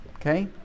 Okay